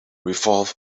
revolve